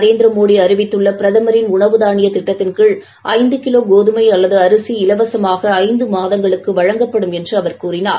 நரேந்திர மோடி அறிவித்துள்ள பிரதமரின் உணவு தானிய திட்டத்தின் கீழ் ஐநது கிலோ கோதுமை அல்லது அரிசி இலவசமாக ஐந்து மாதங்களுக்கு வழங்ப்படும் என்றார்